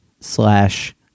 slash